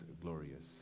glorious